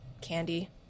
candy